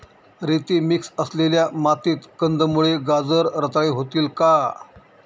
रेती मिक्स असलेल्या मातीत कंदमुळे, गाजर रताळी होतील का?